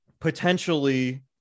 potentially